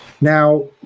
Now